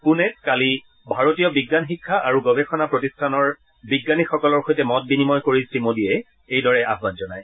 পুণেত কালি ভাৰতীয় বিজ্ঞান শিক্ষা আৰু গৱেষণা প্ৰতিষ্ঠানৰ বিজ্ঞানীসকলৰ সৈতে মত বিনিময় কৰি শ্ৰীমোডীয়ে এইদৰে আহান জনায়